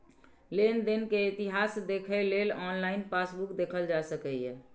लेनदेन के इतिहास देखै लेल ऑनलाइन पासबुक देखल जा सकैए